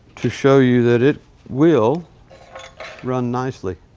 to show you that it will run nicely.